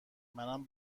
منم